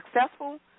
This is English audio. successful